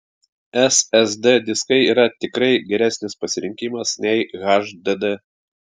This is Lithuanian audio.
ssd diskai yra tikrai geresnis pasirinkimas nei hdd